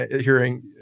hearing